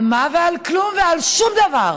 על מה, על כלום ועל שום דבר.